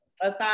Aside